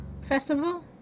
festival